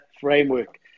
framework